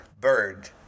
bird